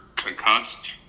concussed